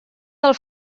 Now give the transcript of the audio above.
del